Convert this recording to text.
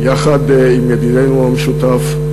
יחד עם ידידנו המשותף,